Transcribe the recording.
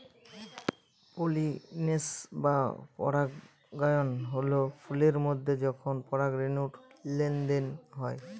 pollination বা পরাগায়ন হল ফুলের মধ্যে যখন পরাগরেনুর লেনদেন হয়